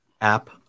app